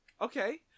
Okay